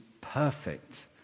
perfect